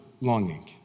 longing